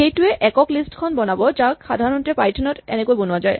এইটোৱে একক লিষ্ট খন বনাব যাক সাধাৰণতে পাইথন ত এনেকৈ বনোৱা যায়